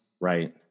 Right